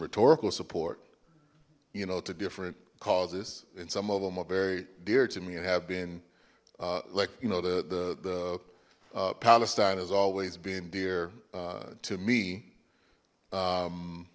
rhetorical support you know two different causes and some of them are very dear to me it'd have been like you know the the the palestine has always been dear to me